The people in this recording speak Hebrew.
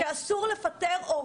אני רוצה שיהיה בחוק שאסור לפטר הורה